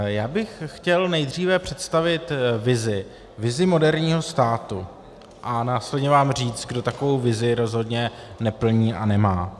Já bych chtěl nejdříve představit vizi, vizi moderního státu, a následně vám říct, kdo takovou vizi rozhodně neplní a nemá.